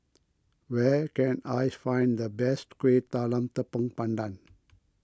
where can I find the best Kueh Talam Tepong Pandan